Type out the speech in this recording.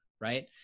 right